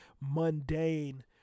mundane